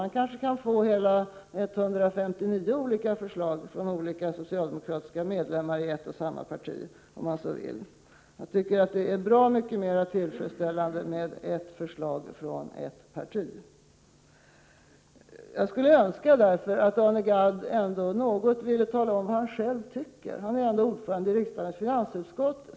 Man kanske kan få 159 olika svar från olika socialdemokratiska ledamöter. Jag tycker att det är bra mycket mera tillfredsställande med ett förslag från ett parti. Jag skulle därför önska att Arne Gadd ville säga någonting om vad han själv tycker. Han är ändå ordförande i riksdagens finansutskott.